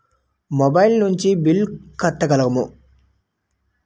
Mobile నుంచి bill కట్టగలమ?